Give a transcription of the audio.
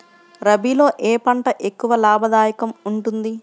రబీలో ఏ పంట ఎక్కువ లాభదాయకంగా ఉంటుంది?